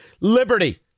liberty